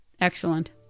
Excellent